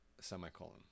semicolon